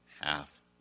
half